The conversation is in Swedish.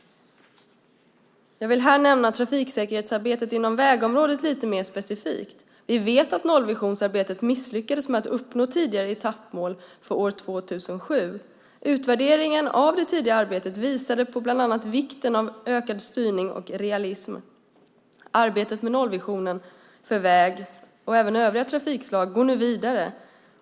Jag vill här nämna trafiksäkerhetsarbetet inom vägområdet lite mer specifikt. Vi vet att nollvisionsarbetet misslyckades med att uppnå det tidigare etappmålet för år 2007. Utvärderingen av det tidigare arbetet visade på bland annat vikten av ökad styrning och realism. Arbetet med nollvisionen för väg och även övriga trafikslag går nu vidare.